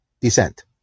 descent